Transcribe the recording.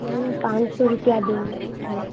नहीं पाँच सौ रुपया देंगे भैया